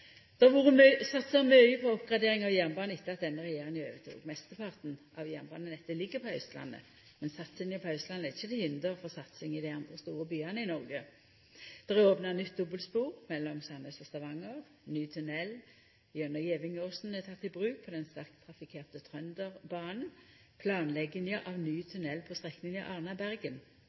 satsa mykje på oppgradering av jernbanen etter at denne regjeringa overtok. Mesteparten av jernbanenettet ligg på Austlandet, men satsinga på Austlandet er ikkje til hinder for satsing i dei andre store byane i Noreg. Det er opna nytt dobbelspor mellom Sandnes og Stavanger. Ny tunell gjennom Gevingåsen er teken i bruk på den sterkt trafikkerte Trønderbanen. Planlegginga av ny tunell på strekninga